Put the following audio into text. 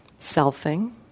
selfing